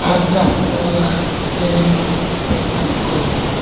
आज क्या होने वाला है यह एक वैज्ञानिक खोज है